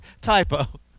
typo